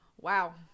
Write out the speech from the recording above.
Wow